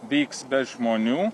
vyks be žmonių